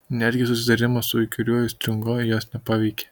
netgi susidūrimas su įkyriuoju striunga jos nepaveikė